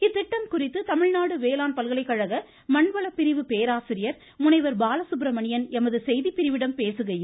இத்திட்டம் குறித்து தமிழ்நாடு வேளாண் பல்கலைக்கழக மண்வள பிரிவு பேராசிரியர் முனைவர் பாலசுப்ரமணியன் எமது செய்திப்பிரிவிடம் பேசுகையில்